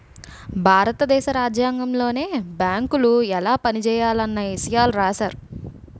భారత దేశ రాజ్యాంగంలోనే బేంకులు ఎలా పనిజేయాలన్న ఇసయాలు రాశారు